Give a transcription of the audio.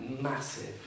massive